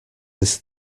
this